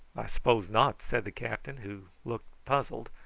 i s'pose not, said the captain, who looked puzzled.